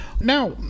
Now